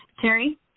Terry